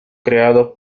creado